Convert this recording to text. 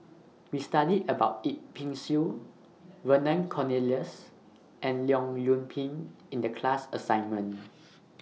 We studied about Yip Pin Xiu Vernon Cornelius and Leong Yoon Pin in The class assignment